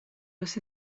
los